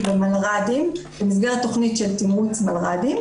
במלר"דים במסגרת תוכנית של תמרוץ מלר"דים,